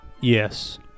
Yes